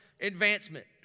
advancement